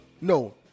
No